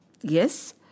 Yes